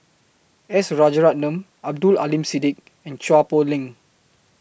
S Rajaratnam Abdul Aleem Siddique and Chua Poh Leng